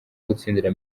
gutsindira